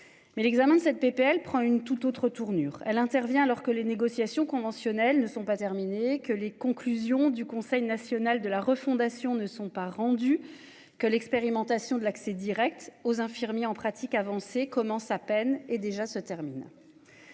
Mais l'examen de cette PPL prend une toute autre tournure. Elle intervient alors que les négociations conventionnelles ne sont pas terminées que les conclusions du Conseil national de la refondation ne sont pas rendus. Que l'expérimentation de l'accès Direct aux infirmiers en pratique avancée commence à peine et déjà se termine.